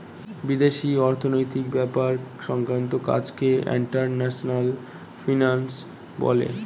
বিদেশি অর্থনৈতিক ব্যাপার সংক্রান্ত কাজকে ইন্টারন্যাশনাল ফিন্যান্স বলে